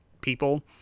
people